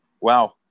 Wow